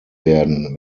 werden